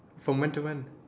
from when to when